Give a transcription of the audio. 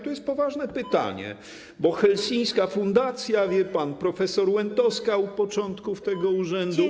To jest poważne pytanie, bo helsińska fundacja, wie pan, prof. Łętowska u początków tego urzędu.